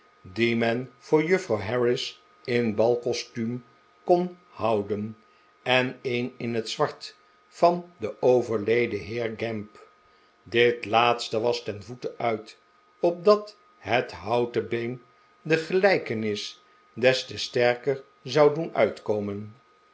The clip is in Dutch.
die men voor juffrouw harris in balcostuum kon houden en een in het zwart van den overleden heer gamp dit laatste was ten voeten uit opdat het houten been de gelijkenis des te sterker zou doen uitkomen